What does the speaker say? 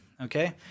Okay